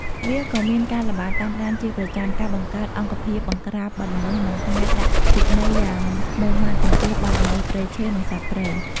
វាក៏មានការល្បាតតាមដានជាប្រចាំ ការបង្កើតអង្គភាពបង្ក្រាបបទល្មើស និងការដាក់ពិន័យយ៉ាងម៉ឺងម៉ាត់ចំពោះបទល្មើសព្រៃឈើ និងសត្វព្រៃ។